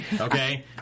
okay